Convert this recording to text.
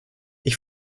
ich